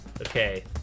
okay